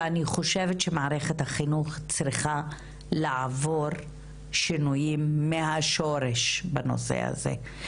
אני חושבת שמערכת החינוך צריכה לעבור שינויים מהשורש בנושא הזה.